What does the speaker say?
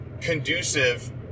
conducive